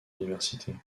universités